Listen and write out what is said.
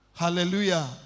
Hallelujah